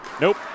Nope